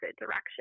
direction